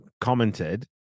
commented